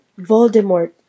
Voldemort